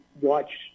watch